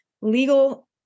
legal